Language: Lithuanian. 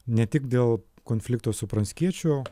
ne tik dėl konflikto su pranckiečiu